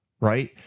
right